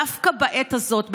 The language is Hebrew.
דווקא בעת הזאת,